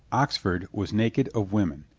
oxford was naked of women.